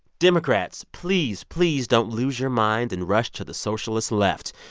democrats, please, please, don't lose your mind and rush to the socialist left.